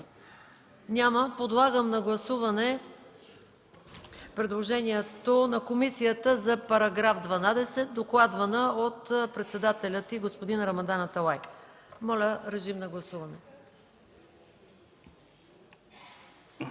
Няма. Подлагам на гласуване предложението на комисията за § 12, докладвана от председателя й господин Рамадан Аталай. Гласували